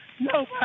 No